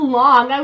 long